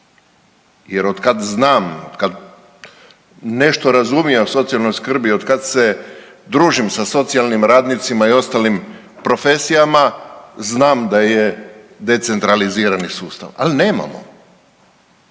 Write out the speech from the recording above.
jer otkad znam, kad nešto razumijem o socijalnoj skrbi, otkad se družim sa socijalnim radnicima i ostalim profesijama, znam da je decentralizirani sustav, al nemamo,